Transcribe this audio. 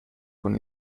con